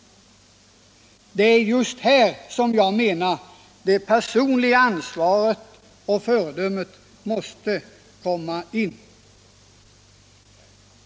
Det är just här som jag menar att det personliga ansvaret och föredömet måste komma in.